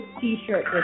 T-shirt